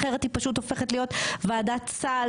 אחרת היא פשוט הופכת להיות ועדת סל